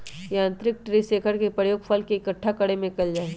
यांत्रिक tree shaker के प्रयोग फल के इक्कठा करे में कइल जाहई